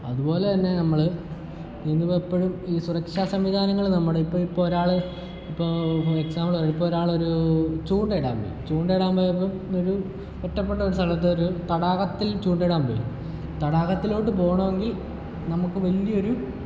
അതുപോലെ തന്നെ നമ്മൾ നീന്തുമ്പോൾ എപ്പോഴും ഈ സുരക്ഷാ സംവിധാനങ്ങൾ നമ്മടെ ഇപ്പം ഇപ്പം ഒരാളെ ഇപ്പോൾ എക്സാമ്പിൾ പറയുവാണെങ്കിൽ ഇപ്പോരാളൊരു ചൂണ്ടയിടാൻ പോയി ചൂണ്ടയിടാൻ പോയപ്പോൾ ഒരു ഒറ്റപ്പെട്ട ഒരു സ്ഥലത്തൊരു തടാകത്തിൽ ചൂണ്ടയിടാൻ പോയി തടാകത്തിലോട്ട് പോണോങ്കിൽ നമുക്ക് വലിയൊരു